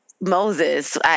Moses